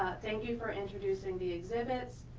thank you for introducing the exhibits,